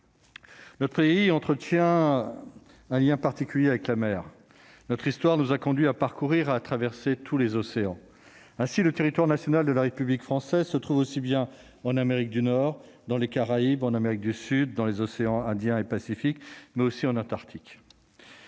Le pays entretient un lien particulier avec la mer, notre histoire, nous a conduit à parcourir, a traversé tous les océans, ainsi le territoire national de la République française se trouve aussi bien en Amérique du Nord, dans les Caraïbes, en Amérique du Sud, dans les océans Indien et Pacifique mais aussi en Antarctique,